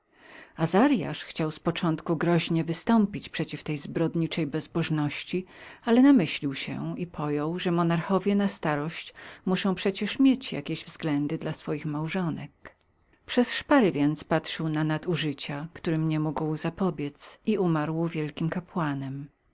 azariah chciał z początku groźnie wystąpić przeciw tej zbrodniczej bezbożności ale namyślił się i pojął że monarchowie na starość muszą przecie mieć jakieś względy dla swoich małżonek przez szpary więc patrzył na nadużycia którym nie mógł zapobiedz i umarł wielkim kapłanem